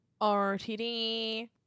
RTD